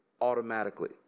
automatically